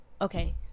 okay